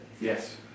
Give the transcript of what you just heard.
Yes